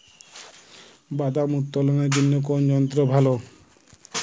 বাদাম উত্তোলনের জন্য কোন যন্ত্র ভালো?